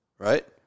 Right